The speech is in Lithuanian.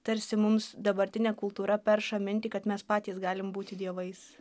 tarsi mums dabartinė kultūra perša mintį kad mes patys galim būti dievais